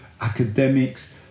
Academics